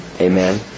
Amen